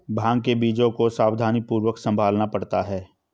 भांग के बीजों को सावधानीपूर्वक संभालना पड़ता है